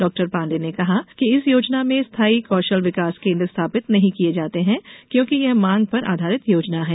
doctor Pandey ने कहा कि इस योजना में स्थाई कौशल विकास केन्द्र स्थापित नहीं किये जाते हैं क्योंकि यह मांग पर आधारित योजना है